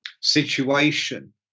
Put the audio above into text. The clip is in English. situation